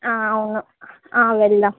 అవును వెళ్దాం